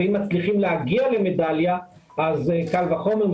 אם מצליחים להגיע למדליה, קל וחומר.